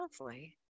Lovely